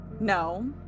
No